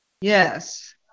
Yes